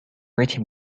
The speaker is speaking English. written